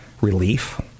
relief